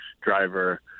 driver